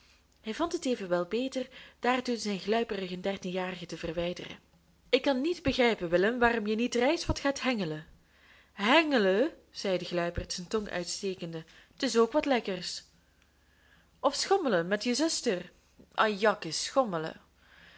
hij vond het evenwel beter daartoe zijn gluiperigen dertienjarige te verwijderen ik kan niet begrijpen willem waarom je niet reis wat gaat hengelen hengelen zei de gluiperd zijn tong uitstekende t is ook wat lekkers of wat schommelen met je zuster ajakkes schommelen